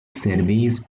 servis